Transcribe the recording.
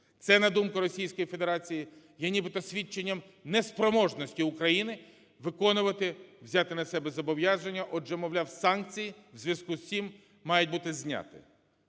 Це, на думку Російської Федерації, є нібито свідченням неспроможності України виконувати, взяти на себе зобов'язання, отже, мовляв, санкції в зв'язку з цим мають бути зняті.